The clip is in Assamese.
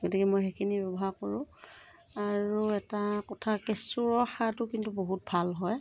গতিকে মই সেইখিনি ব্যৱহাৰ কৰোঁ আৰু এটা কথা কেঁচুৰ সাৰটো কিন্তু বহুত ভাল হয়